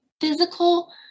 physical